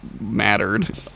mattered